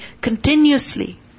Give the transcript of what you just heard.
continuously